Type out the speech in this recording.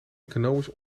economisch